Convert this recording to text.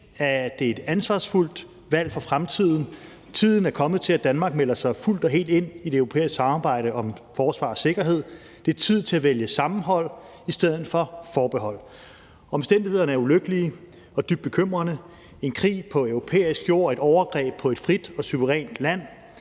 er det et ansvarsfuldt valg for fremtiden. Tiden er kommet til, at Danmark melder sig fuldt og helt ind i det europæiske samarbejde om forsvar og sikkerhed. Det er tid til at vælge sammenhold i stedet for forbehold. Omstændighederne er ulykkelige og dybt bekymrende: en krig på europæisk jord, et overgreb på et frit og suverænt land,